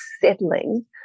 settling